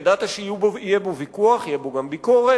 ידעת שיהיה בו ויכוח, תהיה בו גם ביקורת.